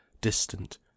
distant